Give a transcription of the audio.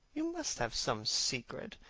you must have some secret.